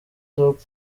top